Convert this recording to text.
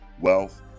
wealth